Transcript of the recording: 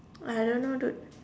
I don't know dude